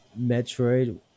Metroid